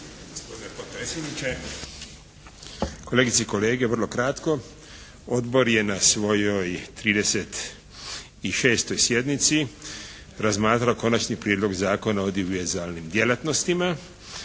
**Selem, Petar (HDZ)** Kolegice i kolege, vrlo kratko. Odbor je na svojoj 36. sjednici razmatrao Konačni prijedlog Zakona o audiovizualnim djelatnostima